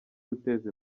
guteza